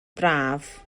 braf